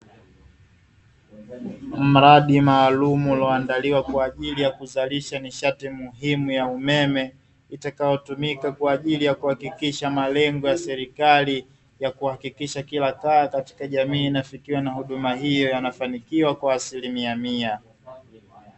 Mradi maalumu ulioandaliwa kwa ajili ya kuzalisha nishati muhimu ya umeme, itakayotumika kwa ajili ya kuhakikisha malengo ya serikali ya kuhakikisha kila kaya katika jamii inafikiwa na huduma hiyo yanafanikiwa kwa asilimia mia.